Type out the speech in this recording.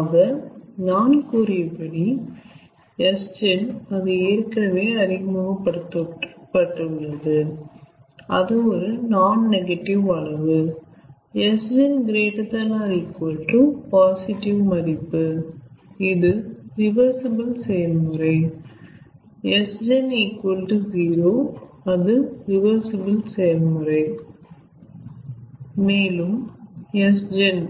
ஆக நான் கூறியபடி Sgen அது ஏற்கனவே அறிமுகப்படுத்தப்பட்டுள்ளது அது ஒரு நான் நெகடிவ் அளவு Sgen 0 பாசிட்டிவ் மதிப்பு இது ரிவர்சிபிள் செயல்முறை Sgen0 அது ரிவர்சிபிள் செயல்முறை மேலும் Sgen